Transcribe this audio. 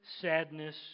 sadness